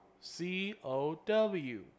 C-O-W